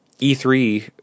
E3